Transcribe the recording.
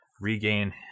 regain